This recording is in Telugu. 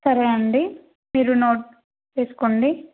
సరే అండి మీరు నోట్ చేసుకోండి